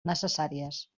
necessàries